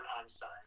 Einstein